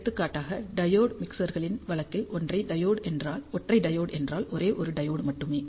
எடுத்துக்காட்டாக டையோடு மிக்சர்கள் வழக்கில் ஒற்றை டையோடு என்றால் ஒரே ஒரு டையோடு மட்டுமே